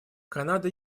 канада